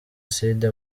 acide